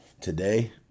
Today